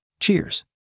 Cheers